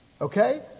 Okay